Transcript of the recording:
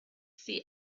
see